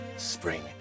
Spring